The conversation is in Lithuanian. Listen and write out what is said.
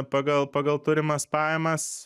pagal pagal turimas pajamas